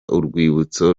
urwibutso